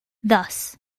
thus